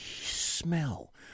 smell